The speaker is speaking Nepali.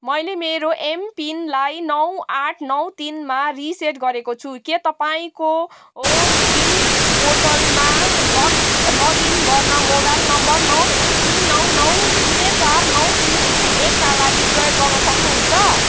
मैले मेरो एमपिनलाई नौ आठ नौ तिनमा रिसेट गरेको छु के तपाईँँ कोविन पोर्टलमा लगइन लगइन गर्न मोबाइल नम्बर नौ एक तिन नौ नौ शून्य चार नौ शून्य शून्य एकका लागि प्रयोग गर्न सक्नुहुन्छ